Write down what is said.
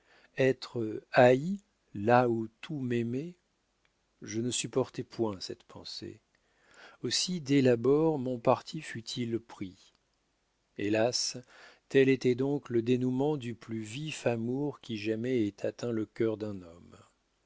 être haï là où tout m'aimait je ne supportais point cette pensée aussi dès l'abord mon parti fut-il pris hélas tel était donc le dénoûment du plus vif amour qui jamais ait atteint le cœur d'un homme